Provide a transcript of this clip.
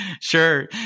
Sure